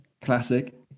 classic